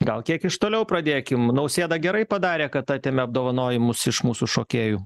gal kiek iš toliau pradėkim nausėda gerai padarė kad atėmė apdovanojimus iš mūsų šokėjų